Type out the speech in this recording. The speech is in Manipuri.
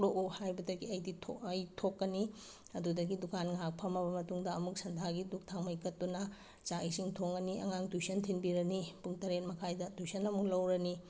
ꯊꯣꯛꯂꯛꯑꯣ ꯍꯥꯏꯕꯗꯒꯤ ꯑꯩ ꯊꯣꯛꯀꯅꯤ ꯑꯗꯨꯗꯒꯤ ꯗꯨꯀꯥꯟ ꯉꯥꯏꯍꯥꯛ ꯐꯝꯃꯕ ꯃꯇꯨꯡꯗ ꯑꯃꯨꯛ ꯁꯟꯗꯥꯒꯤ ꯗꯨꯛ ꯊꯥꯎꯃꯩ ꯀꯠꯒꯨꯅ ꯆꯥꯛ ꯏꯁꯤꯡ ꯊꯣꯡꯉꯅꯤ ꯑꯉꯥꯡ ꯇ꯭ꯌꯨꯁꯟ ꯊꯤꯟꯕꯤꯔꯅꯤ ꯄꯨꯡ ꯇꯔꯦꯠ ꯃꯈꯥꯏꯗ ꯇ꯭ꯌꯨꯁꯟ ꯑꯃꯨꯛ ꯂꯧꯔꯅꯤ